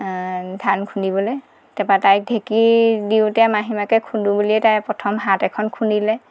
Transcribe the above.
ধান খুন্দিবলৈ তাপা তাইক ঢেঁকী দিওঁতে মাহীমাকে খুন্দু বুলিয়েই তাইৰ প্ৰথম হাত এখন খুন্দিলে